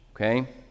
okay